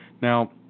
now